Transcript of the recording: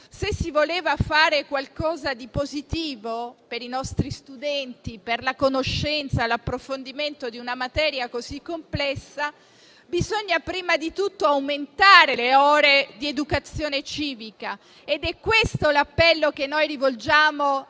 se si voleva fare qualcosa di positivo per i nostri studenti, per la conoscenza e l'approfondimento di una materia così complessa, bisognava prima di tutto aumentare le ore di educazione civica. È questo l'appello che noi rivolgiamo